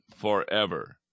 forever